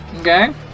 Okay